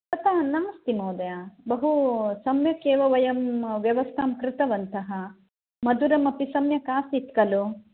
तथा नास्ति महोदय बहु सम्यक् एव वयम् व्यवस्थां कृतवन्तः मधुरमपि सम्यक् आसीत् खलु